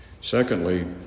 Secondly